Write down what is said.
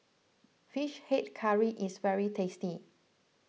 Fish Head Curry is very tasty